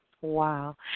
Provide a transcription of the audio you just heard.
Wow